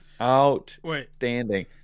Outstanding